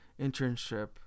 internship